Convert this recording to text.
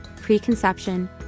preconception